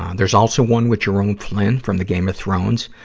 um there's also one with jerome flynn from the games of thrones.